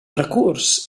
recurs